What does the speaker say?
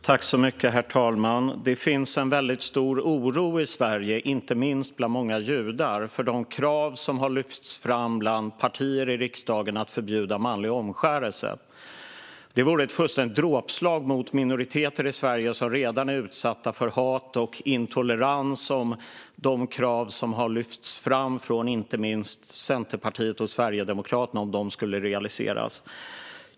Herr talman! Det finns en väldigt stor oro i Sverige, inte minst bland många judar, för de krav som har lyfts fram från partier i riksdagen på att förbjuda manlig omskärelse. Det vore ett fullständigt dråpslag mot minoriteter i Sverige som redan är utsatta för hat och intolerans om de krav som har lyfts fram från inte minst Centerpartiet och Sverigedemokraterna skulle realiseras.